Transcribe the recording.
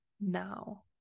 now